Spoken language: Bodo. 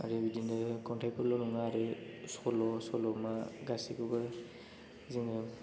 आरो बिदिनो खन्थायफोरल' नङा आरो सल' सल'मा गासैखौबो जोङो